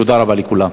תודה רבה לכולם.